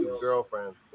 girlfriends